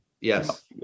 Yes